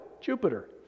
Jupiter